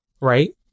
right